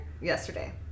yesterday